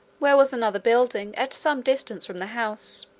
where was another building, at some distance from the house.